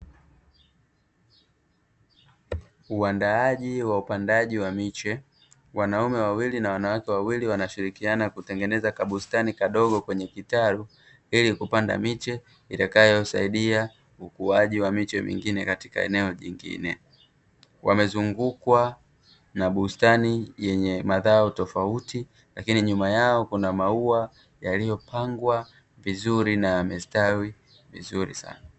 Uandaaji wa upandaji wa miche, wanaume wawili na wanawake wawili wanashirikiana kutengeneza kabustani kadogo kwenye kitalu ili kupanda miche itakayosaidia ukuaji wa miche mingine katika eneo jingine. Wamezungukwa na bustani yenye mazao tofauti lakini nyuma yao kuna maua yaliyopangwa vizuri na yamestawi vizuri sana.